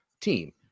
team